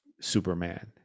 Superman